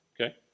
Okay